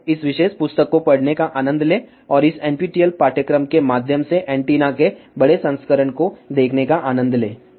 तो इस विशेष ई पुस्तक को पढ़ने का आनंद लें और इस NPTEL पाठ्यक्रम के माध्यम से एंटीना के बड़े संस्करण को देखने का आनंद लें